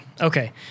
Okay